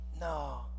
No